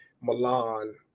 Milan